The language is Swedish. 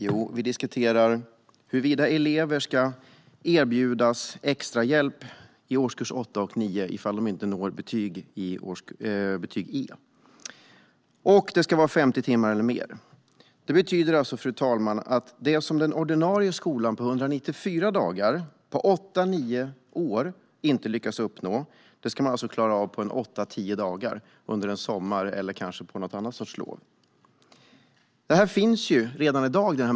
Jo, vi diskuterar huruvida elever ska erbjudas extrahjälp i årskurs 8 och 9 ifall de inte når betyg E, och det ska vara 50 timmar eller mer. Fru talman! Det betyder att det som den ordinarie skolan inte lyckas uppnå på 194 dagar per år under åtta nio år ska man alltså klara av på åtta tio dagar på sommarlovet eller något annat lov.